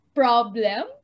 problem